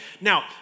Now